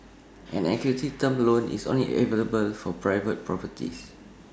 an equity term loan is only available for private properties